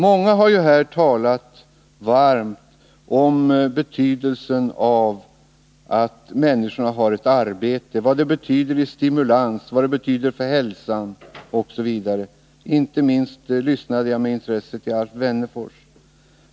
Många har här talat varmt om betydelsen av att människor har ett arbete, vad det betyder i stimulans, för hälsan osv. Inte minst lyssnade jag med intresse till Alf Wennerfors.